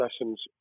lessons